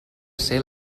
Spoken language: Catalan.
ser